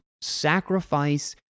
sacrifice